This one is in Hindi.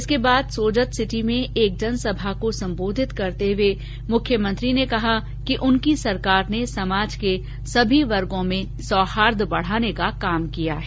इसके बाद सोजत सिटी में एक जनसभा को सम्बोधित करते हुए मुख्यमंत्री ने कहा कि उनकी सरकार ने समाज के सभी वर्गों में सौहार्द बढाने का काम किया है